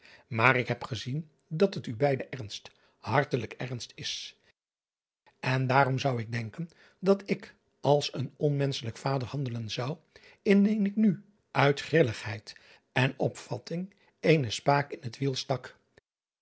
maar ik heb gezien dat het u beide ernst hartelijk ernst is en daarom zou ik denken dat ik als een onmenschelijk vader handelen zou indien ik nu uit grilligheid en opvatting eene spaak in het wiel stak